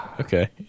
Okay